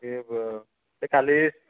ହେ ବ ସେ କାଲି